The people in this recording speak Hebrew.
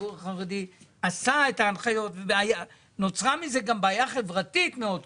הציבור החרדי עשה את ההנחיות ונוצרה מזה גם בעיה חברתית מאוד קשה,